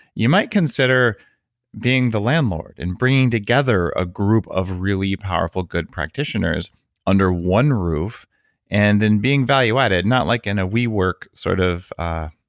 you might consider being the landlord and bringing together a group of really powerful good practitioners under one roof and then being value added. not like in ah we work sort of a